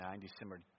December